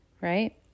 right